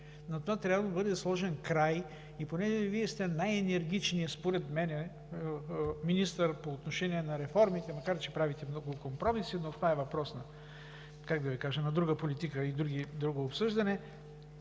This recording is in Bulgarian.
На това трябва да бъде сложен край! И понеже Вие сте най-енергичният според мен министър по отношение на реформите, макар че правите много компромиси, но това е въпрос, как да Ви кажа, на друга политика и на друго обсъждане,